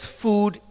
food